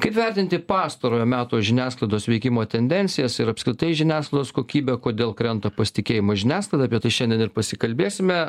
kaip vertinti pastarojo meto žiniasklaidos veikimo tendencijas ir apskritai žiniasklaidos kokybę kodėl krenta pasitikėjimas žiniasklaida apie tai šiandien ir pasikalbėsime